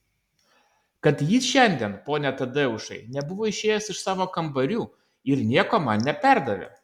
kad jis šiandien pone tadeušai nebuvo išėjęs iš savo kambarių ir nieko man neperdavė